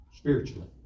Spiritually